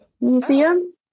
Museum